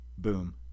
boom